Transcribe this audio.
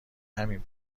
همین